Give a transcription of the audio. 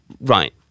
Right